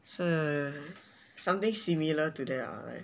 是 something similar to that ah like